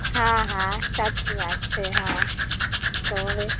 હા હા સાચી વાત છે હા તો હવે